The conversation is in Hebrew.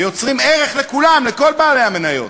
ויוצרים ערך לכולם, לכל בעלי המניות.